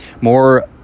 More